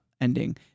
ending